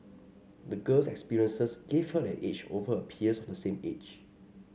the girl's experiences gave her an edge over her peers of the same age